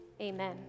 Amen